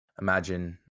Imagine